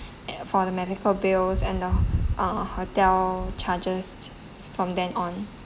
for the medical bills and the uh hotel charges from then on